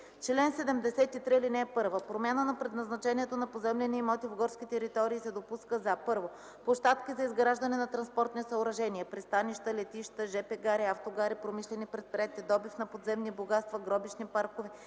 „Чл. 73. (1) Промяна на предназначението на поземлени имоти в горски територии се допуска за: 1. площадки за изграждане на транспортни съоръжения (пристанища, летища, жп гари, автогари), промишлени предприятия, добив на подземни богатства, гробищни паркове,